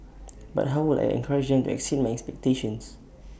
but how would I encourage them exceed my expectations